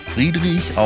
Friedrich